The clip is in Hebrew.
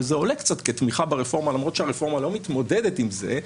וזה עולה קצת כתמיכה ברפורמה למרות שהרפורמה לא מתמודדת עם זה,